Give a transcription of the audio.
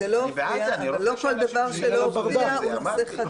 לא כל דבר שלא הופיע הוא נושא חדש.